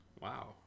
Wow